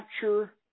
capture